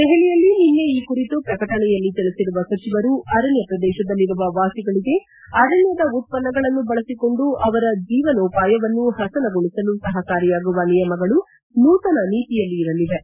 ದೆಹಲಿಯಲ್ಲಿ ನಿನ್ನೆ ಈ ಕುರಿತು ಪ್ರಕಟಣೆಯಲ್ಲಿ ತಿಳಿಸಿರುವ ಸಚಿವರು ಅರಣ್ಣ ಪ್ರದೇಶದಲ್ಲಿರುವ ವಾಸಿಗಳಿಗೆ ಆರಣ್ಠದ ಉತ್ತನ್ನಗಳನ್ನು ಬಳಸಿಕೊಂಡು ಅವರ ಜೀವನೋಪಾಯವನ್ನು ಪಸನಗೊಳಿಸಲು ಸಪಕಾರಿಯಾಗುವ ನಿಯಮಗಳು ನೂತನ ನೀತಿಯಲ್ಲಿ ಇರಲಿವೆ